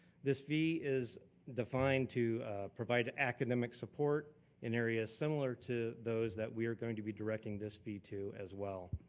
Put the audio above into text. this fee is defined to provide academic support in areas similar to those that we are going to be directing this fee to as well.